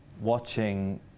watching